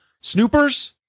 snoopers